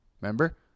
Remember